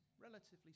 relatively